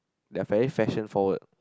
they are very fashion forward